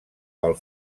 pel